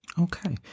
Okay